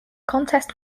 contest